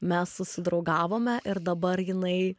mes susidraugavome ir dabar jinai